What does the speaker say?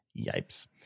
Yipes